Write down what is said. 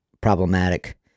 problematic